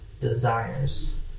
desires